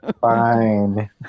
fine